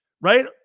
Right